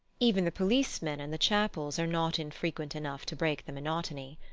even the policemen and the chapels are not infrequent enough to break the monotony.